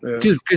Dude